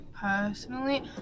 personally